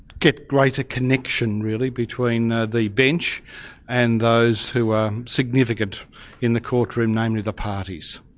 get greater connection really between ah the bench and those who are significant in the court room, namely the parties.